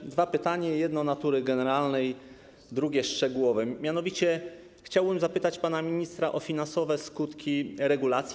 Mam dwa pytania, jedno generalne, a drugie szczegółowe, mianowicie chciałbym zapytać pana ministra o finansowe skutki regulacji.